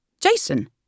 Jason